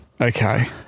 Okay